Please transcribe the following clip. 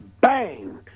Bang